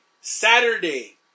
Saturday